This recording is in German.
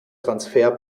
transfer